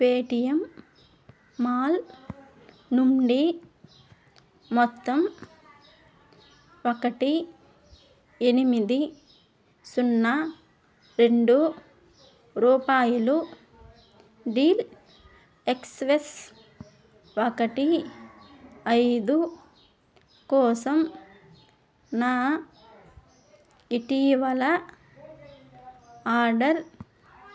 Paytm mall నుండి మొత్తం ఒకటి ఎనిమిది సున్నా రెండు రూపాయలు డెల్ ఎక్స్ పీ ఎస్ ఒకటి ఐదు కోసం నా ఇటీవల ఆర్డర్